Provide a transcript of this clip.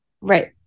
Right